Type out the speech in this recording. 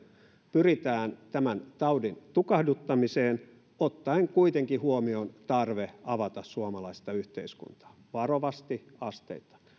pyritään tämän taudin tukahduttamiseen ottaen kuitenkin huomioon tarve avata suomalaista yhteiskuntaa varovasti asteittain